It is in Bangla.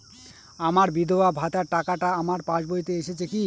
আমার বিধবা ভাতার টাকাটা আমার পাসবইতে এসেছে কি?